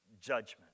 judgment